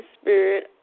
spirit